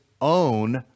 own